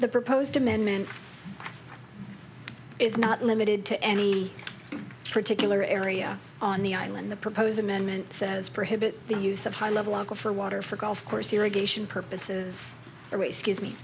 the proposed amendment is not limited to any particular area on the island the proposed amendment says prohibit the use of high level for water for golf course irrigation purposes or race gives